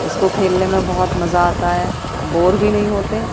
اس کو کھیلنے میں بہت مزہ آتا ہے بور بھی نہیں ہوتے